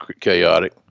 chaotic